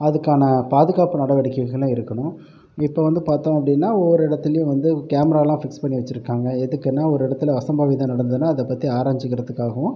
அதற்கான பாதுகாப்பு நடவடிக்கைகள இருக்கணும் இப்போ வந்து பார்த்தோம் அப்படின்னா ஒவ்வொரு இடத்திலியும் வந்து கேமராலாம் ஃபிக்ஸ் பண்ணி வச்சுருக்காங்க எதுக்குன்னா ஒரு இடத்துல அசம்பாவிதம் நடந்துன்னா அதை பற்றி ஆராஞ்சிக்கிறதுக்காகவும்